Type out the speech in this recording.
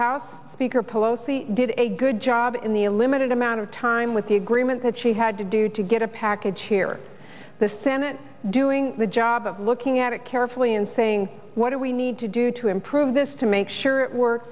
house speaker pelosi did a good job in the limited amount of time with the agreement that she had to do to get a package here the senate doing the job of looking at it carefully and saying what do we need to do to improve this to make sure it work